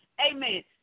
Amen